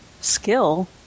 skill